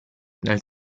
nel